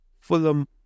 Fulham